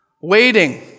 waiting